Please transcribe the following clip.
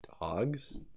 dogs